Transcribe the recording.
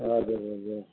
हजुर हजुर